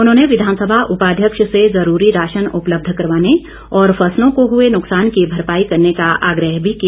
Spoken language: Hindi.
उन्होंने विधानसभा उपाध्यक्ष से जरूरी राशन उपलब्ध करवाने और फसलों को हुए नुक्सान की भरपाई करने का आग्रह भी किया